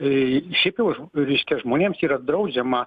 į šiaip jau žm reiškia žmonėms yra draudžiama